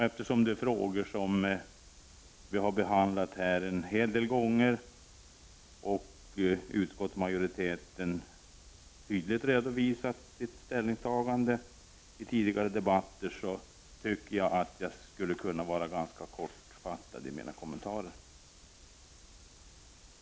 Eftersom det här är frågor som har behandlats en hel del gånger och utskottsmajoriteten tydligt har redovisat sitt ställningstagande i tidigare debatter anser jag att jag skulle kunna vara ganska kortfattad i mina kommentarer.